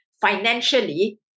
financially